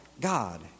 God